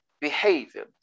behavior